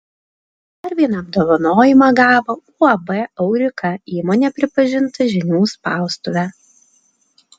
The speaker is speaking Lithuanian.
dar dar vieną apdovanojimą gavo uab aurika įmonė pripažinta žinių spaustuve